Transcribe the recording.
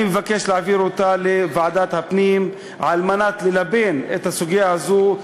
אני מבקש להעביר אותה לוועדת הפנים כדי ללבן את הסוגיה הזאת.